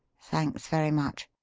thanks very much.